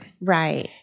Right